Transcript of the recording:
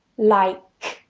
like,